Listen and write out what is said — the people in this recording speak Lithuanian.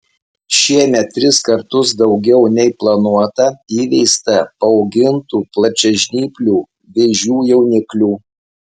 šiemet tris kartus daugiau nei planuota įveista paaugintų plačiažnyplių vėžių jauniklių